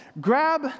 Grab